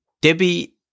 Debbie